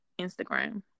instagram